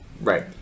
Right